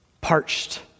parched